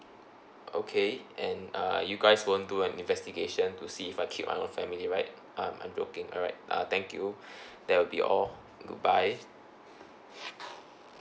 okay and uh you guys won't do an investigation to see if I killed my own family right um I'm joking alright uh thank you that will be all goodbye